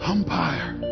Umpire